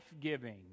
giving